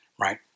right